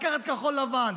לקחת כחול לבן,